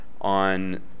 on